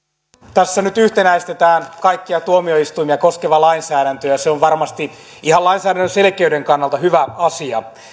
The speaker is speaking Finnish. tässä nyt yhtenäistetään kaikkia tuomioistuimia koskeva lainsäädäntö ja se on varmasti ihan lainsäädännön selkeyden kannalta hyvä asia